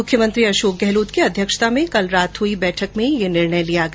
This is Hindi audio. मुख्यमंत्री अशोक गहलोत की अध्यक्षता में कल रात हुई बैठक में यह निर्णय लिया गया